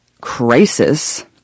crisis